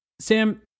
Sam